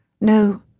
No